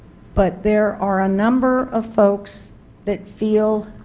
but there are a number of folks that feel